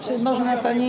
Czy można pani.